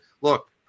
Look